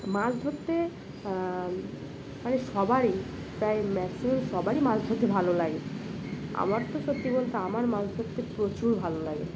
মাছ ধরতে মানে সবারই প্রায় ম্যাক্সিমাম সবারই মাছ ধরতে ভালো লাগে আমার তো সত্যি বলতে আমার মাছ ধরতে প্রচুর ভালো লাগে